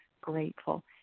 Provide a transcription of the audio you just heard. grateful